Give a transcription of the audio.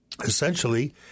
essentially